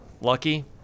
Lucky